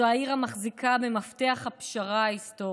זו העיר המחזיקה במפתח הפשרה ההיסטורי.